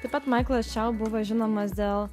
taip pat maiklas čiau buvo žinomas dėl